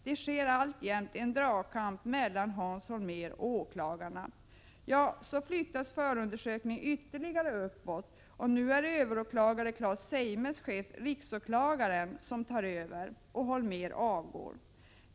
Det sker alltjämt en dragkamp mellan Hans Holmér och åklagarna. Förundersökningen flyttas ytterligare uppåt, och nu är överåklagare Claes Zeimes chef, riksåklagaren, den som tar över, och Holmér avgår.